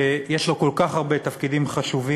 שיש לו כל כך הרבה תפקידים חשובים,